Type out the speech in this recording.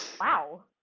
Wow